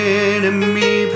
enemy